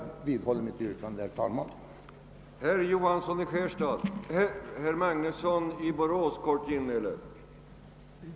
Jag vidhåller mitt yrkande om avslag på utskottets hemställan.